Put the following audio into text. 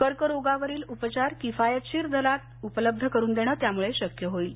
कर्करोगावरील उपचार किफायतशीर दरात उपलब्ध करून देण त्यामुळे शक्य होईल